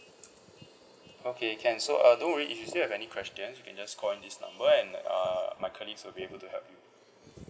okay can so uh don't worry if you still have any question you can just call in this number and uh my colleagues will be able to help you